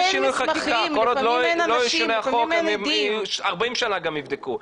כל עוד לא ישונה החוק 40 שנה גם יבדקו.